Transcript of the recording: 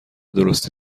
درستی